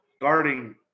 guarding